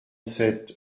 sept